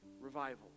revival